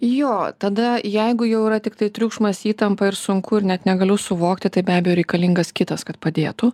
jo tada jeigu jau yra tiktai triukšmas įtampa ir sunku ir net negaliu suvokti tai be abejo reikalingas kitas kad padėtų